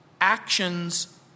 Actions